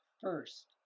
first